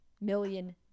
million